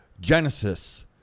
Genesis